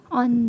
on